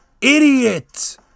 idiot